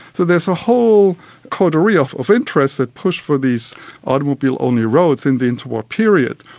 so there's a whole coterie of of interest that pushed for these automobile-only roads in the inter-war period.